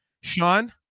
sean